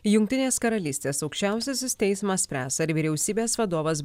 jungtinės karalystės aukščiausiasis teismas spręs ar vyriausybės vadovas